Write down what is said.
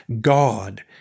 God